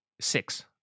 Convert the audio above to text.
six